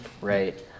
Right